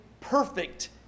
perfect